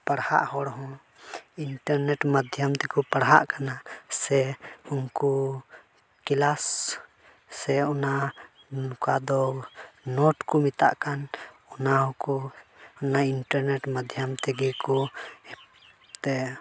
ᱯᱟᱲᱦᱟᱜ ᱦᱚᱲ ᱦᱚᱸ ᱤᱱᱴᱟᱨᱱᱮᱴ ᱢᱟᱫᱫᱷᱚᱢ ᱛᱮᱠᱚ ᱯᱟᱲᱦᱟᱜ ᱠᱟᱱᱟ ᱥᱮ ᱩᱱᱠᱩ ᱠᱞᱟᱥ ᱥᱮ ᱚᱱᱠᱟ ᱫᱚ ᱱᱳᱴ ᱠᱚ ᱢᱮᱛᱟᱜ ᱠᱟᱱ ᱚᱱᱟ ᱠᱚ ᱚᱱᱟ ᱤᱱᱴᱟᱨᱱᱮᱴ ᱢᱟᱫᱫᱷᱚᱢ ᱛᱮᱜᱮ ᱠᱚ ᱛᱮ